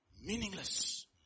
Meaningless